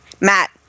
Matt